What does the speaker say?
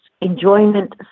enjoyment